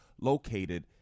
located